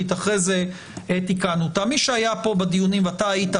עדיין הוצגו כאן מחקרים שבאים ואומרים שמגעים אינטנסיביים,